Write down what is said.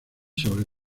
sobre